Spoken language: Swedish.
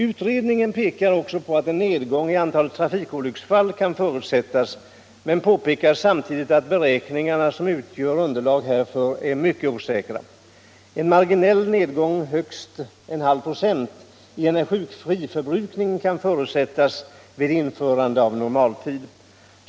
Utredningen pekar också på att en nedgång i antalet trafikolycksfall kan förutses men påpekar samtidigt att beräkningarna som utgör underlag härför är mycket osäkra. En marginell nedgång — högst 0,5 26 - i energiförbrukningen kan förutses vid införande av normaltid.